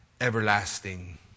everlasting